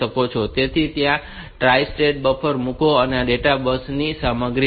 તેથી ત્યાં tri state buffer મૂકો અને આ ડેટા બસ ની સામગ્રી છે